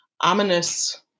ominous